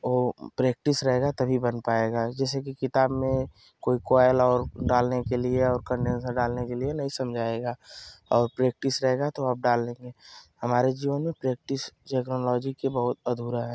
वो प्रैक्टिस रहेगा तभी बन पाएगा जैसे कि किताब में कोई कोई और डालने के लिए और करने में थोड़ा डालने के लिए नई समझाएगा और प्रैक्टिस रहेगा तो आप डाल लेंगे हमारे जीवन में प्रैक्टिस टेकनोलोजी के बहुत अधूरा है